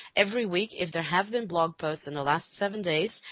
every week if there have been blog posts in the last seven days,